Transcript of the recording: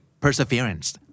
perseverance